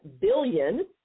billion